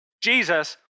Jesus